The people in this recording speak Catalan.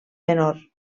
menor